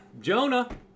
Jonah